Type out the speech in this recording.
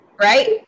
right